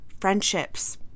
friendships